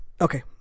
Okay